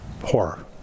horror